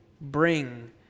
bring